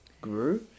grew